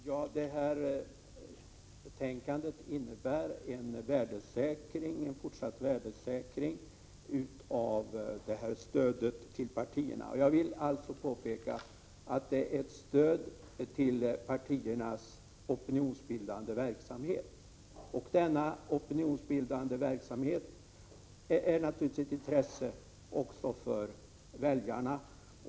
Fru talman! Förslaget i betänkandet innebär en fortsatt värdesäkring av stödet till partierna. Jag vill påpeka att det är ett stöd till partiernas opinionsbildande verksamhet. Denna opinionsbildande verksamhet är naturligtvis av intresse också för väljarna.